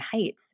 Heights